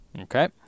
Okay